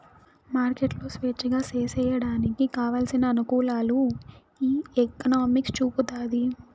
మార్కెట్లు స్వేచ్ఛగా సేసేయడానికి కావలసిన అనుకూలాలు ఈ ఎకనామిక్స్ చూపుతాది